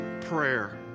prayer